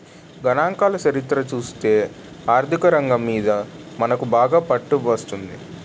గణాంకాల చరిత్ర చూస్తేనే ఆర్థికరంగం మీద మనకు బాగా పట్టు వస్తుంది